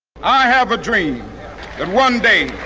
i have a dream that one day